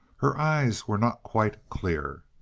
her eyes were not quite clear.